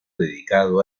dedicado